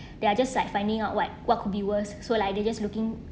they're just like finding out what what could be worse so like they just looking